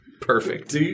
Perfect